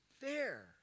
fair